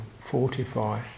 fortify